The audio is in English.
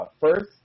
first